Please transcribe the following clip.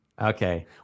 Okay